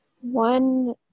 One